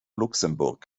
luxemburg